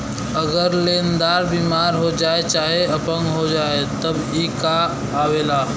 अगर लेन्दार बिमार हो जाए चाहे अपंग हो जाए तब ई कां आवेला